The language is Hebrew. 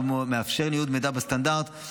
מאפשר ניוד מידע בסטנדרט אחיד.